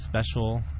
special